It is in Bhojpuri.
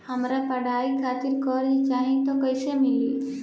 हमरा पढ़ाई खातिर कर्जा चाही त कैसे मिली?